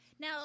now